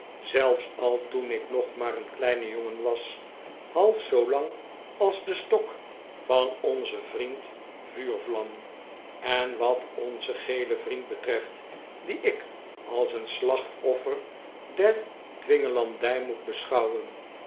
zelfs al toen ik nog maar een kleine jorigen was half zoo lang als de stok van onzen vriend vuurvlam en wat onzen gelen vriend betreft dien ik als een slachtoffer der dwingelandij moet beschouwen